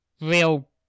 Real